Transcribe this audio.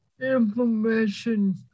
information